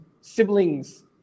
siblings